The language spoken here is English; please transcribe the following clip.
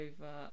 over